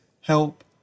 help